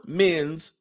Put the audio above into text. men's